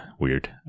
weird